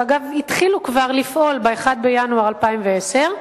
שאגב התחילו כבר לפעול ב-1 בינואר 2010,